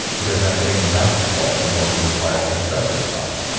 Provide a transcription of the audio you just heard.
because we're not getting enough salt, and salt is required for our stress response.